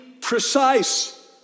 precise